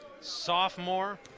sophomore